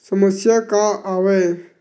समस्या का आवे?